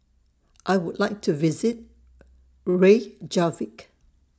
I Would like to visit Reykjavik